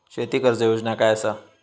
शेती कर्ज योजना काय असा?